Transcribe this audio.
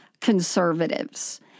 conservatives